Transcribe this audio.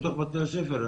בתוך בתי הספר,